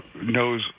knows